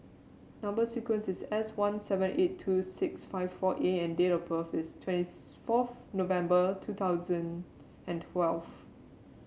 number sequence is S one seven eight two six five four A and date of birth is twenty fourth November two thousand and twelve